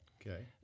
Okay